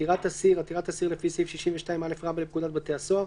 "עתירת אסיר" עתירת אסיר לפי סעיף 62א לפקודת בתי הסוהר,